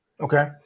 Okay